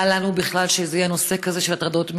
אל לנו בכלל שיהיה נושא כזה של הטרדות מיניות.